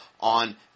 on